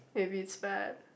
if it's bad